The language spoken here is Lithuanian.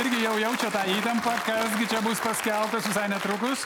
irgi jau jaučia tą įtampą kas gi čia bus paskelbtas visai netrukus